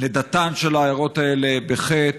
לידתן של העיירות האלה בחטא,